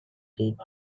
did